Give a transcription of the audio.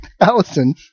Allison